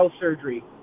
surgery